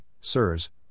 Sirs